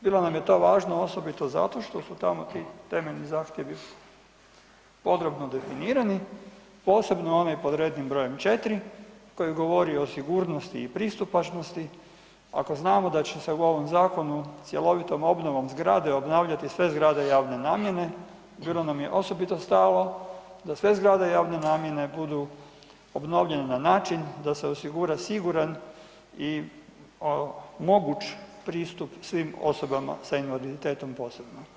Bilo nam je to važno osobito zato što su tamo ti temeljni zahtjevi podrobno definirani posebno onaj pod rednim brojem 4. koji govori o sigurnosti i pristupačnosti, ako znamo da će se u ovom zakonu cjelovitom obnovom zgrade obnavljati sve zgrade javne namjene bilo nam je osobito stalo da sve zgrade javne namjene budu obnovljene na način da se osigura siguran i moguć pristup svim osobama sa invaliditetom posebno.